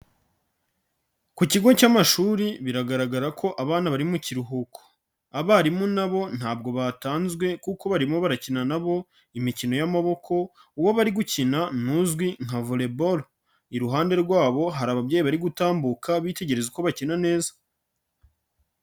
Ku kigo cy'amashuri biragaragara ko abana bari mu kiruhuko. Abarimu nabo ntabwo batanzwe kuko barimo barakina nabo imikino y'amaboko. Uwo bari gukina ntuzwi nka volebolo. Iruhande rwabo hari ababyeyi bari gutambuka bitegereza uko bakina neza.